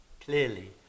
clearly